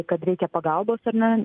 kad reikia pagalbos ar ne